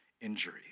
injury